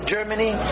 Germany